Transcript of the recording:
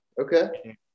Okay